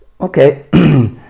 okay